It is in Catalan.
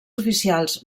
oficials